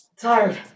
tired